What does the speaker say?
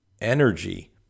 energy